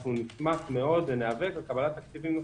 אנחנו נשמח מאוד וניאבק לקבל תקציבים נוספים.